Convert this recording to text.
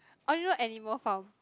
I only know animal farm